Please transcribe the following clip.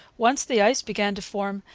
once the ice began to form,